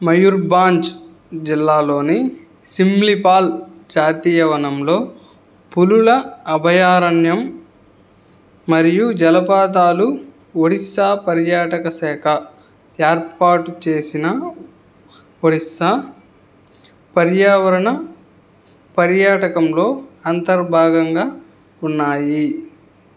మయూర్బంజ్ జిల్లాలోని సిమ్లిపాల్ జాతీయ వనంలో పులుల అభయారణ్యం మరియు జలపాతాలు ఒడిశా పర్యాటకశాఖ ఏర్పాటు చేసిన ఒడిశా పర్యావరణ పర్యాటకంలో అంతర్భాగంగా ఉన్నాయి